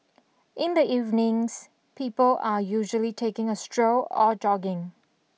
in the evenings people are usually taking a stroll or jogging